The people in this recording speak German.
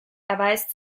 erweist